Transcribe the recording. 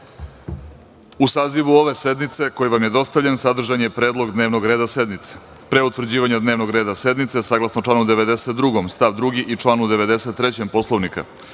sazivu ove sednice, koji vam je dostavljen, sadržan je predlog dnevnog reda sednice. Pre utvrđivanja dnevnog reda sednice, saglasno članu 92. stav 2. i članu 93. Poslovnika,